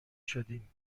شدیم